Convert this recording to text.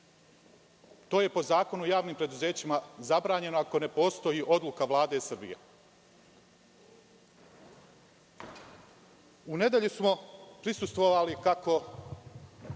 To je po Zakonu o javnim preduzećima zabranjeno ako ne postoji odluka Vlade Srbije.U nedelju smo prisustvovali, kako